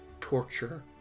torture